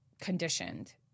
conditioned